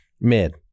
Mid